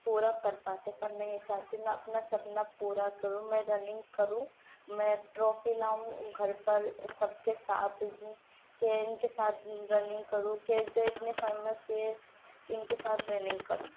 پورا کر پاتے پر میں یہ چاہتی ہوں میں اپنا سپنا پورا کروں میں رننگ کروں میں ٹرافی لاؤں گھر پر سب کے ساتھ کہ ان کے ساتھ رننگ کروں کہ جو اتنے فیمس یہ کہ ان کے ساتھ رننگ کروں